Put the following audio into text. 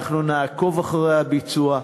אנחנו נעקוב אחרי הביצוע,